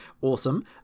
awesome